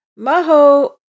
Maho